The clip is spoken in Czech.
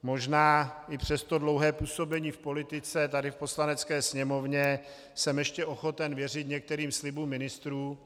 Možná i přes to dlouhé působení v politice, tady v Poslanecké sněmovně, jsem ještě ochoten věřit některým slibům ministrů.